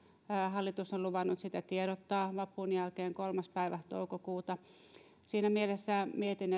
hallitus on luvannut siitä tiedottaa vapun jälkeen kolmas päivä toukokuuta siinä mielessä mietin